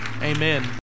Amen